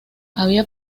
había